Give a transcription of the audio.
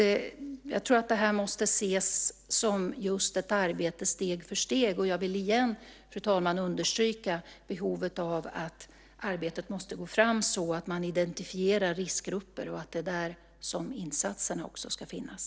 Jag tror att det här måste ses som just ett arbete steg för steg, och jag vill igen, fru talman, understryka behovet av att arbetet måste gå fram så att man identifierar riskgrupper. Det är där som insatserna också ska finnas.